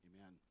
Amen